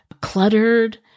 cluttered